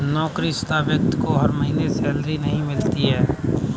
नौकरीशुदा व्यक्ति को हर महीने सैलरी मिलती है